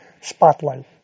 spotlight